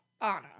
Anna